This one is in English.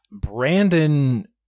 Brandon